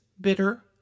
bitter